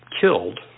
killed